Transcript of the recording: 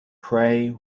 pray